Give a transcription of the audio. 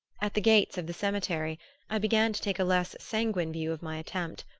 at the gates of the cemetery i began to take a less sanguine view of my attempt.